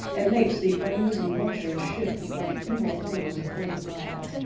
and makes the uneasy vultures shift like evil things afraid of god,